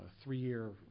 Three-year